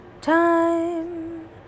time